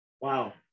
Wow